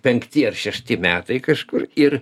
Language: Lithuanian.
penkti ar šešti metai kažkur ir